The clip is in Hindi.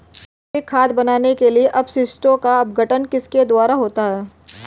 जैविक खाद बनाने के लिए अपशिष्टों का अपघटन किसके द्वारा होता है?